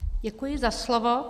Děkuji za slovo.